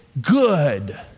good